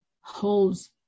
holds